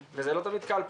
וזה לא תמיד קל פה,